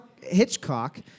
Hitchcock